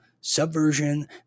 subversion